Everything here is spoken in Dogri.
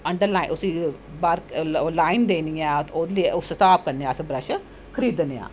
अन्डर लाईन देनी ऐ उस्सै हिसाव कन्नै अस अपने बर्श खरीदनें आं